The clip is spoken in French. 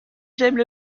j’aime